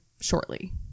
shortly